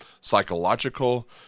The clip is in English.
psychological